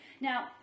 Now